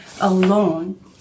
alone